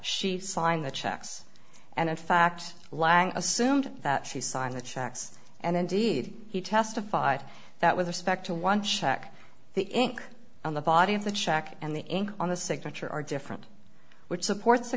she signed the checks and in fact lang assumed that she signed the checks and indeed he testified that with respect to one check the ink on the body of the check and the ink on the signature are different which supports the